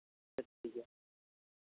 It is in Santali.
ᱟᱪᱪᱷᱟ ᱴᱷᱤᱠ ᱜᱮᱭᱟ